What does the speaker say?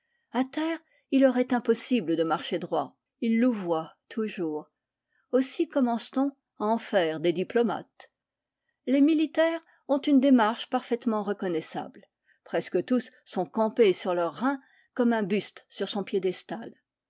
à terre il leur est impossible de marcher droit ils louvoient toujours aussi commence t on à en faire des diplomates les militaires ont une démarche parfaitement reconnaissable presque tous sont campés sur leurs reins comme un buste sur son piédestal